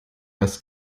das